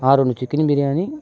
ఆరు చికెన్ బిర్యానీ